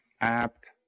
apt